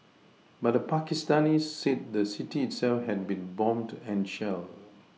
but the Pakistanis said the city itself had been bombed and shelled